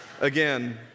Again